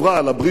לבריאות,